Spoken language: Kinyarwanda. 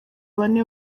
bane